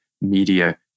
media